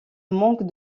manque